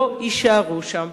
לא יישארו שם.